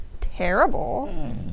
terrible